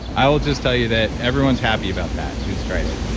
i will just tell you that everyone's happy about that who's tried it.